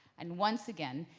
and once again,